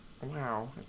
Wow